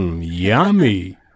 yummy